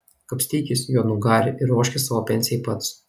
kapstykis juodnugari ir ruoškis savo pensijai pats